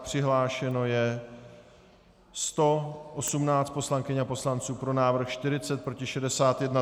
Přihlášeno je 118 poslankyň a poslanců, pro návrh 40, proti 61.